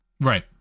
Right